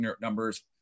numbers